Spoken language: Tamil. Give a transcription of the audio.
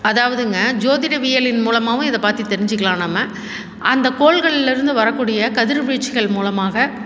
அதாவதுங்க ஜோதிடவியலின் மூலமாகவும் இதை பற்றி தெரிஞ்சிக்கலாம் நம்ம அந்த கோள்கள்லேருந்து வரக்கூடிய கதிர்வீச்சுகள் மூலமாக